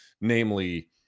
Namely